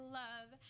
love